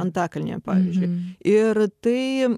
antakalnyje pavyzdžiui ir tai